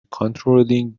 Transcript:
controlling